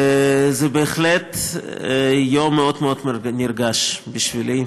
זה בהחלט יום מאוד מאוד מרגש בשבילי.